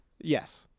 Yes